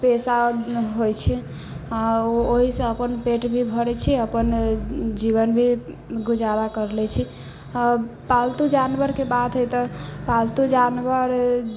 पेशा होइ छै आओर ओ ओहिसँ अपन पेट भी भरै छै अपन जीवन भी गुजारा कर लै छी आओर पालतू जानवरके बात है तऽ पालतू जानवर